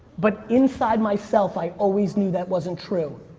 but inside myself, i always knew that wasn't true.